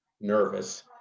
nervous